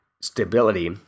stability